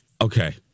okay